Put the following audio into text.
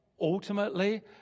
ultimately